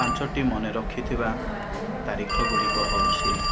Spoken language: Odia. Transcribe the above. ପାଞ୍ଚଟି ମାନେ ରଖିଥିବା ତାରିଖ ଗୁଡ଼ିକ ହେଉଛି